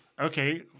Okay